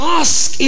ask